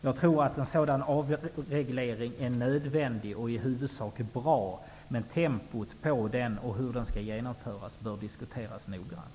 Jag tror att en sådan avreglering är nödvändig och i huvudsak bra, men dess tempo och hur den skall genomföras bör diskuteras noggrant.